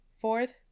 Fourth